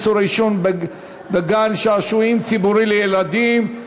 איסור עישון בגן-שעשועים ציבורי לילדים),